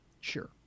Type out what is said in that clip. sure